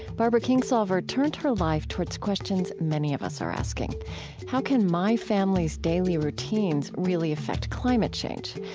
barbara kingsolver turned her life towards questions many of us are asking how can my family's daily routines really affect climate change?